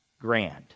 grand